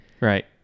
right